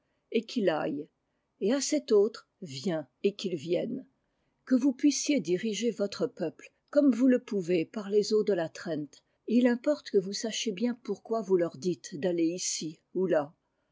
t que vous puissiezdiriger votre peuple comme vous le pouvez pour les eaux de la trent et il importe que vous sachiez bien pourquoi vous leur dites d'aller ici ou là